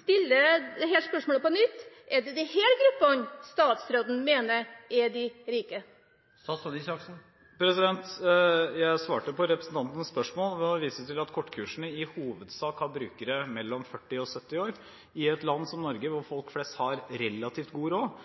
stiller jeg dette spørsmålet på nytt: Er det disse gruppene statsråden mener er de rike? Jeg svarte på representantens spørsmål ved å vise til at kortkursene i hovedsak har brukere på mellom 40 og 70 år. I et land som Norge, hvor folk flest har relativt god råd